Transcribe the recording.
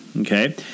okay